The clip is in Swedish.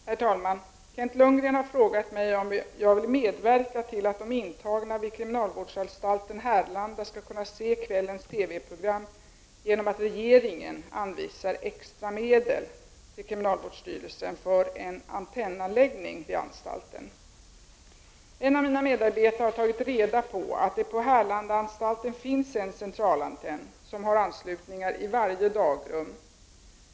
Herr talman! Kent Lundgren har frågat mig om jag vill medverka till att de intagna vid kriminalvårdsanstalten Härlanda skall kunna se kvällens TV program genom att regeringen anvisar extra medel till kriminalvårdsstyrelsen för en antennanläggning vid anstalten. En av mina medarbetare har tagit reda på att det på Härlandaanstalten finns en centralantenn som har anslutningar i varje dagrum.